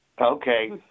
Okay